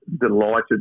delighted